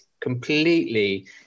completely